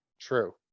true